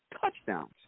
touchdowns